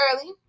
early